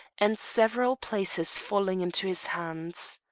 and several places falling into his hands.